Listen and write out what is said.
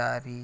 दारी?